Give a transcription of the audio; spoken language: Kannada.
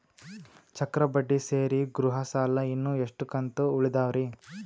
ಚಕ್ರ ಬಡ್ಡಿ ಸೇರಿ ಗೃಹ ಸಾಲ ಇನ್ನು ಎಷ್ಟ ಕಂತ ಉಳಿದಾವರಿ?